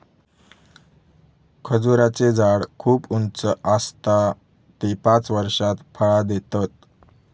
खजूराचें झाड खूप उंच आसता ते पांच वर्षात फळां देतत